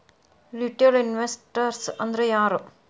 Retail investors ಅಂದ್ರಾ ಯಾರು?